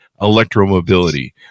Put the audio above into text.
electromobility